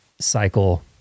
cycle